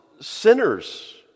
sinners